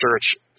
search